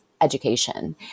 education